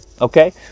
okay